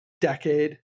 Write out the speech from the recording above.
decade